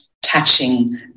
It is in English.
touching